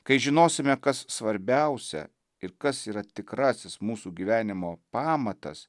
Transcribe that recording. kai žinosime kas svarbiausia ir kas yra tikrasis mūsų gyvenimo pamatas